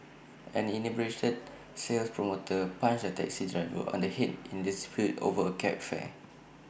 an inebriated sales promoter punched A taxi driver on the Head in A dispute over cab fare